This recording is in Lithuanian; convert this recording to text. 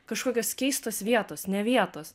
kažkokios keistos vietos ne vietos